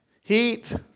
heat